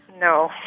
No